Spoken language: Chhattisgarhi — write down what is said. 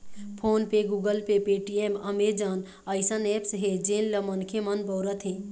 फोन पे, गुगल पे, पेटीएम, अमेजन अइसन ऐप्स हे जेन ल मनखे मन बउरत हें